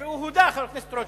הוא הודה, חבר הכנסת רותם: